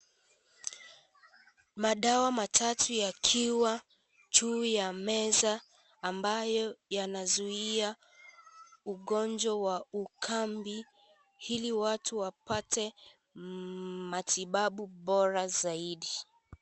Madawa matatu uyakiwa juu ya meza ambayo yanazuia ugonjwa wa ukambi ili watu wapate matibabu bora zaidi.